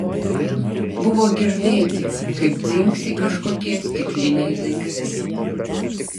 buvo girdėti kaip dzingsi kažkokie stikliniai daiktai